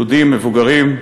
יהודים מבוגרים,